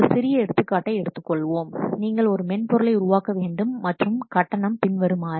ஒரு சிறிய எடுத்துக்காட்டை எடுத்துக்கொள்வோம் நீங்கள் ஒரு மென்பொருளை உருவாக்க வேண்டும் மற்றும் கட்டணம் பின்வருமாறு